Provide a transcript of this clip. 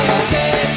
okay